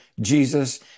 Jesus